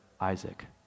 Isaac